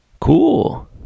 Cool